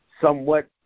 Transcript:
somewhat